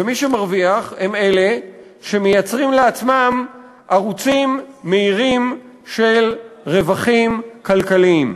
ומי שמרוויח הם אלה שמייצרים לעצמם ערוצים מהירים של רווחים כלכליים.